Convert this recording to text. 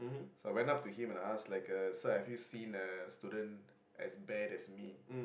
so I went up to him and I ask like uh sir have you seen uh student as bad as me